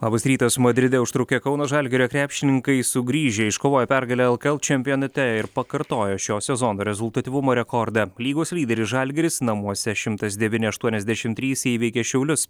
labas rytas madride užtrukę kauno žalgirio krepšininkai sugrįžę iškovojo pergalę lkl čempionate ir pakartojo šio sezono rezultatyvumo rekordą lygos lyderis žalgiris namuose šimtas devyni aštuoniasdešim trys įveikė šiaulius